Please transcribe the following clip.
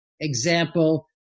example